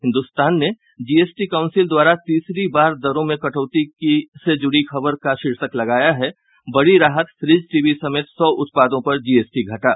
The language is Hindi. हिन्दुस्तान ने जीएसटी काउंसिल द्वारा तीसरी बार दरों में कटौती से जुड़ी खबरों का शीर्षक लगाया है बड़ी राहत फ्रिज टीवी समेत सौ उत्पादों पर जीएसटी घटा